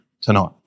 tonight